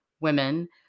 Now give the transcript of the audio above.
Women